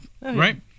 right